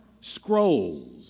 Scrolls